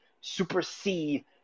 supersede